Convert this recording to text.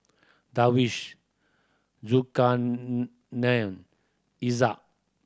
Darwish Izzat